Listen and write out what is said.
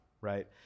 right